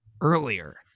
earlier